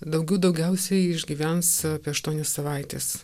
daugių daugiausiai išgyvens apie aštuonias savaites